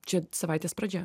čia savaitės pradžia